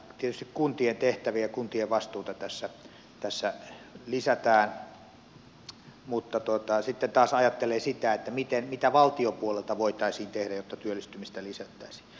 tietysti kuntien tehtäviä ja kuntien vastuuta tässä lisätään mutta sitten taas voi ajatella sitä mitä valtion puolelta voitaisiin tehdä jotta työllistymistä lisättäisiin